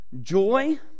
Joy